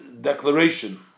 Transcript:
declaration